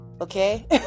okay